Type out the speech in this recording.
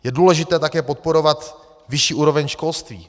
Je důležité také podporovat vyšší úroveň školství.